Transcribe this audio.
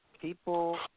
people